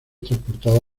transportado